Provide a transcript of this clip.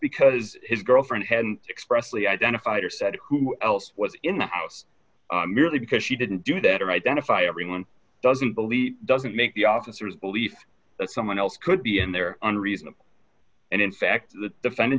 because his girlfriend hadn't expressly identified or said who else was in the house merely because she didn't do that or identify everyone doesn't believe doesn't make the officers believe that someone else could be in there unreasonable and in fact the defendant